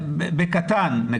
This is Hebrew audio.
בקטן.